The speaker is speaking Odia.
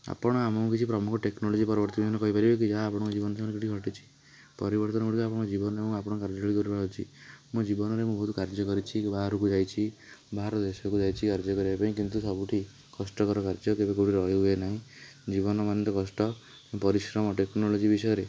ଆପଣ ଆମକୁ କିଛି ପ୍ରମୁଖ ଟେକ୍ନୋଲୋଜି ପରବର୍ତ୍ତୀମାନେ କହିପାରିବେକି ଯାହା ଆପଣଙ୍କ ଜୀବନ ସାଙ୍ଗରେ କିଛି ଘଟିଛି ପରିବର୍ତ୍ତନ ଗୁଡ଼ିକ ଆପଣଙ୍କ ଜୀବନରେ ମୁଁ ଆପଣଙ୍କର କାର୍ଯ୍ୟସିଳ କରିବାର ଅଛି ମୁଁ ଜୀବନରେ ବହୁତ କାର୍ଯ୍ୟ କରିଛି ବାହାରକୁ ଯାଇଛି ବାହାର ଦେଶକୁ ଯାଇଛି କାର୍ଯ୍ୟ କରିବା ପାଇଁ କିନ୍ତୁ ସବୁଠି କଷ୍ଟକର କାର୍ଯ୍ୟ କେବେ କେଉଁଠି ରହି ହୁଏ ନାହିଁ ଜୀବନ ମାନେ ତ କଷ୍ଟ ପରିଶ୍ରମ ଟେକ୍ନୋଲୋଜି ବିଷୟରେ